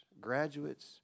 graduates